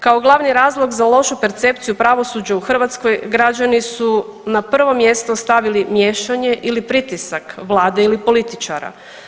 Kao glavni razlog za lošu percepciju pravosuđa u Hrvatskoj građani su na prvo mjesto stavili miješanje ili pritisak Vlade ili političara.